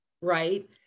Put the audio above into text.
right